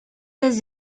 les